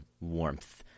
warmth